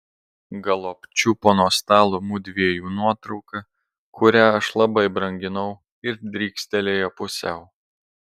galop čiupo nuo stalo mudviejų nuotrauką kurią aš labai branginau ir drykstelėjo pusiau